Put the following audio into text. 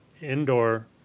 indoor